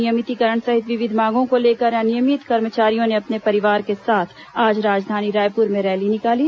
नियमितीकरण सहित विविध मांगों को लेकर अनियमित कर्मचारियों ने अपने परिवार के साथ आज राजधानी रायपुर में रैली निकाली